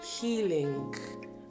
healing